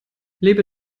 lebe